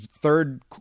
third